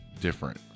different